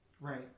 Right